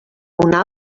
una